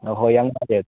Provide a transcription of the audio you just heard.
ꯑꯣ ꯍꯣꯏ ꯌꯥꯝ ꯅꯨꯡꯉꯥꯏꯖꯔꯦ